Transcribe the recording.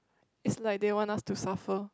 it's like they want us to suffer